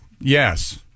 Yes